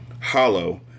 Hollow